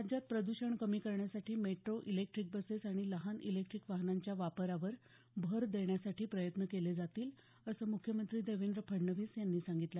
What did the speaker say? राज्यात प्रदूषण कमी करण्यासाठी मेट्रो इलेक्ट्रीक बसेस आणि लहान इलेक्ट्रीक वाहनांच्या वापरावर भर देण्यासाठी प्रयत्न केले जातील असं मुख्यमंत्री देवेंद्र फडणविस यांनी सांगितले